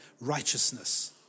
righteousness